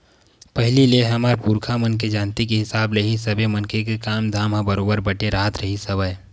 पहिलीच ले हमर पुरखा मन के जानती के हिसाब ले ही सबे मनखे के काम धाम ह बरोबर बटे राहत रिहिस हवय